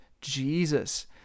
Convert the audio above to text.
Jesus